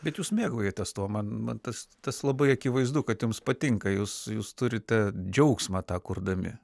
bet jūs mėgaujatės tuo man man tas tas labai akivaizdu kad jums patinka jūs jūs turite džiaugsmą tą kurdami